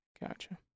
Gotcha